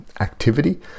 activity